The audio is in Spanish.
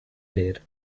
leer